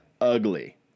ugly